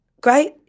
great